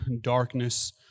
darkness